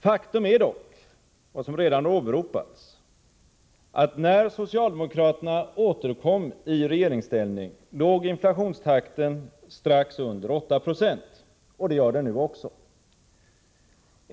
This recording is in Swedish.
Faktum är dock vad som redan åberopats, att när socialdemokraterna återkom i regeringsställning låg inflationstakten strax under 8 0 — och det gör den nu också.